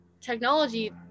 technology